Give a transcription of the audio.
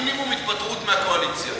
מינימום התפטרות מהקואליציה.